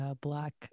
black